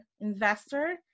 investor